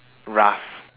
rough